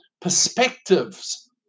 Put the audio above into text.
perspectives